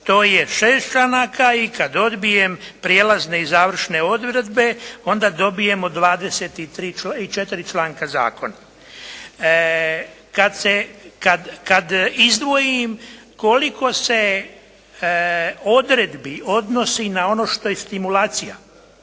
to je šest članaka i kad odbijem prijelazne i završne odredbe onda dobijemo 24 članka zakona. Kad izdvojim koliko se odredbi odnosi na ono što je stimulacija,